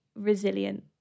Resilient